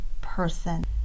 person